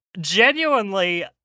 genuinely